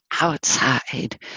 outside